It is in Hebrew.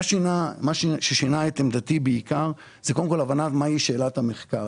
מה ששינה את עמדתי בעיקר זה קודם כל הבנה של מהי שאלת המחקר.